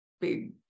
big